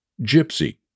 Gypsy